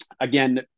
again